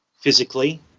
physically